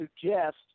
suggest